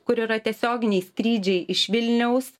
kur yra tiesioginiai skrydžiai iš vilniaus